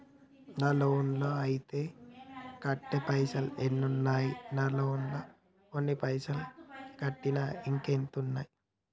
నా లోన్ లా అత్తే కట్టే పైసల్ ఎన్ని ఉన్నాయి నా లోన్ లా కొన్ని పైసల్ కట్టిన ఇంకా ఎంత ఉన్నాయి?